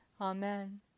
Amen